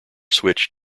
switch